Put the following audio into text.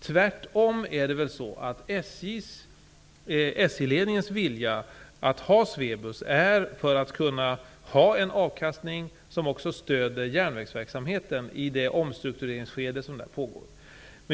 Tvärtom är det så att SJ-ledningens vilja att ha Swebus är att man vill ha en avkastning som också stöder järnvägsverksamheten i det nuvarande omstruktureringsskedet.